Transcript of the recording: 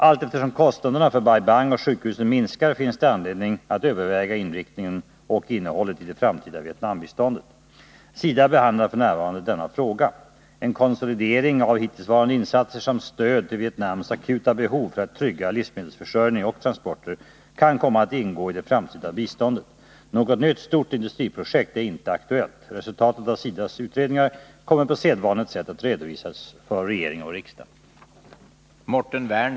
Allteftersom kostnaderna för Bai Bang och sjukhusen minskar, finns det anledning att överväga inriktningen på och innehållet i det framtida Vietnambiståndet. SIDA behandlar f. n. denna fråga. En konsolidering av hittillsvarande insatser samt stöd till Vietnams akuta behov för att trygga livsmedelsförsörjning och transporter kan komma att ingå i det framtida biståndet. Något nytt stort industriprojekt är inte aktuellt. Resultatet av SIDA:s utredningar kommer på sedvanligt sätt att redovisas för regeringen och riksdagen.